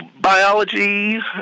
biology